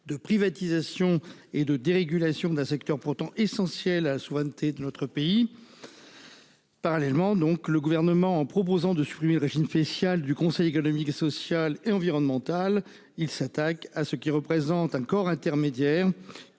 de privatisation et de dérégulation, d'un secteur pourtant essentiels à la souveraineté de notre pays. Parallèlement, donc le gouvernement en proposant de supprimer le régime spécial du Conseil économique, social et environnemental, il s'attaque à ce qui représente un corps intermédiaires.